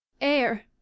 air